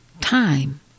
time